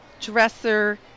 dresser